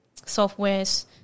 softwares